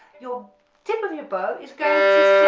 your tip of your bow is going